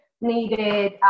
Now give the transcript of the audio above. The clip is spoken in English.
needed